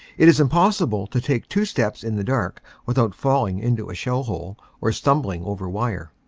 it is impossible to take two steps in the dark without falling into a shell hole or stumbling over wire.